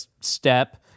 step